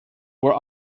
were